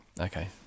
okay